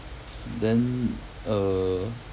then err